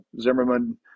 Zimmerman